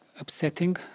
upsetting